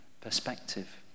perspective